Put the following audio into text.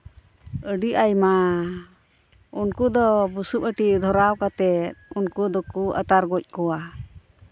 ᱟᱹᱰᱤ ᱟᱭᱢᱟ ᱩᱱᱠᱩ ᱫᱚ ᱵᱩᱥᱩᱯ ᱟᱹᱴᱤ ᱫᱷᱚᱨᱟᱣ ᱠᱟᱛᱮᱫ ᱩᱱᱠᱩ ᱫᱚᱠᱚ ᱟᱛᱟᱨ ᱜᱚᱡ ᱠᱚᱣᱟ